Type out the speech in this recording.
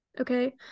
Okay